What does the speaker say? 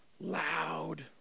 Loud